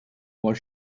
was